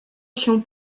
się